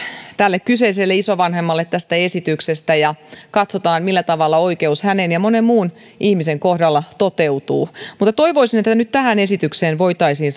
tälle kyseiselle isovanhemmalle tästä esityksestä katsotaan millä tavalla oikeus hänen ja monen muun ihmisen kohdalla toteutuu mutta toivoisin että nyt tähän esitykseen voitaisiin